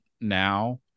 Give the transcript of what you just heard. now